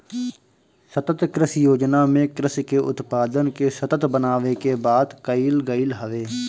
सतत कृषि योजना में कृषि के उत्पादन के सतत बनावे के बात कईल गईल हवे